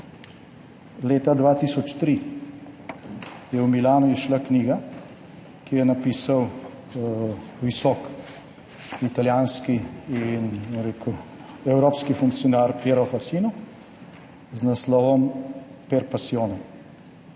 Leta 2003 je v Milanu izšla knjiga, ki jo je napisal visok italijanski in tudi evropski funkcionar Piero Fassino z naslovom Per passione.